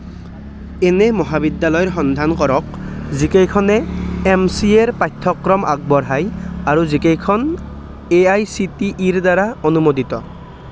এনে মহাবিদ্যালয়ৰ সন্ধান কৰক যিকেইখনে এম চি এৰ পাঠ্যক্ৰম আগবঢ়ায় আৰু যিকেইখন A I C T E ৰ দ্বাৰা অনুমোদিত